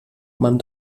man